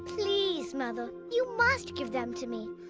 please, mother, you must give them to me.